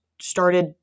started